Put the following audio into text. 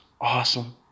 awesome